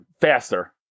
Faster